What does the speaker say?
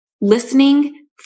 listening